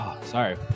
sorry